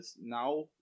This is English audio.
now